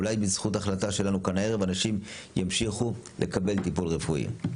אולי בזכות החלטה שלנו כאן הערב אנשים ימשיכו לקבל טיפול רפואי.